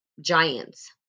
giants